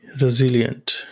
resilient